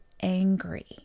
angry